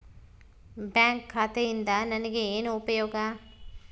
Bank ಖಾತೆಯಿಂದ ನನಗೆ ಏನು ಉಪಯೋಗ?